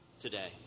Today